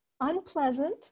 unpleasant